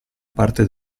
parte